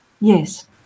yes